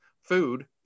food